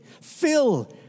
Fill